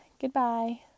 Goodbye